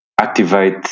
activate